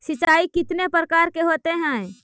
सिंचाई कितने प्रकार के होते हैं?